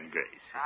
Grace